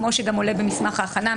כמו שגם עולה במסמך ההכנה,